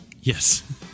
Yes